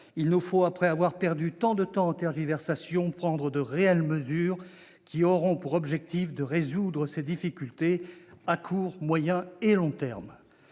Il nous faut, après avoir perdu tant de temps en tergiversations, prendre de réelles mesures, qui auront pour objectif de résoudre ces difficultés à court, moyen et long terme.